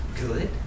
good